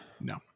No